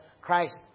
Christ